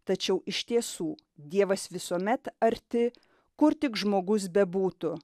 tačiau iš tiesų dievas visuomet arti kur tik žmogus bebūtų